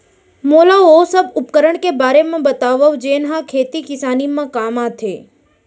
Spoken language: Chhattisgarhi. मोला ओ सब उपकरण के बारे म बतावव जेन ह खेती किसानी म काम आथे?